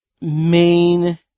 main